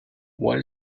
what